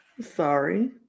Sorry